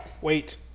wait